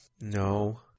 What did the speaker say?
No